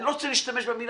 אני לא רוצה להשתמש במילה,